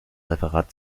referat